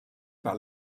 par